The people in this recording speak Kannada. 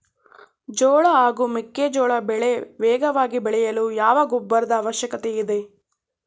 ಜೋಳ ಹಾಗೂ ಮೆಕ್ಕೆಜೋಳ ಬೆಳೆ ವೇಗವಾಗಿ ಬೆಳೆಯಲು ಯಾವ ಗೊಬ್ಬರದ ಅವಶ್ಯಕತೆ ಇದೆ?